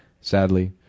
Sadly